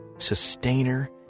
sustainer